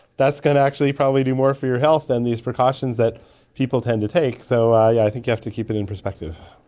that's going to actually probably do more for your health than these precautions that people tend to take. so i think you have to keep it in perspective.